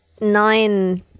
nine